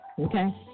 Okay